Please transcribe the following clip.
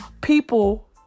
people